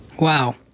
Wow